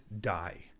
die